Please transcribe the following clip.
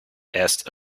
asked